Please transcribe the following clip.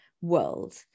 world